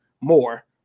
More